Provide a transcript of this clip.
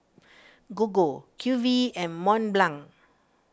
Gogo Q V and Mont Blanc